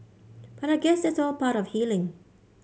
but I guess that's all part of healing